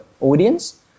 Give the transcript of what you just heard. audience